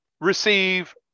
receive